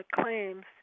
claims